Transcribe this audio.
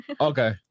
okay